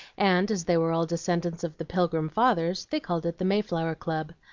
and, as they were all descendants of the pilgrim fathers, they called it the mayflower club.